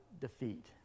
defeat